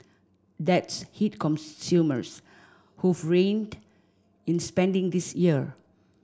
that's hit consumers who've reined in spending this year